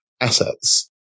assets